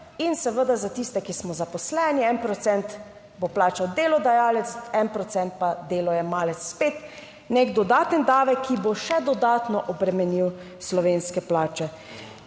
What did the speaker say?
in seveda za tiste, ki smo zaposleni, 1 procent bo plačal delodajalec, 1 procent pa delojemalec. Spet nek dodaten davek, ki bo še dodatno obremenil slovenske plače.